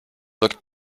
looked